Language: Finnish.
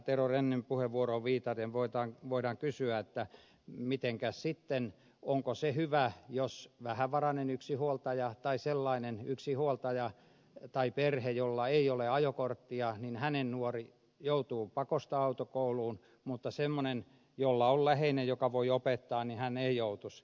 tero rönnin puheenvuoroon viitaten voidaan kysyä onko se sitten hyvä jos vähävaraisen yksinhuoltajan tai ajokortittoman yksinhuoltajan tai perhe jolla ei ole ajokorttia niin perheen nuori joutuu pakosta autokouluun mutta semmoinen jolla on läheinen joka voi opettaa ei joutuisi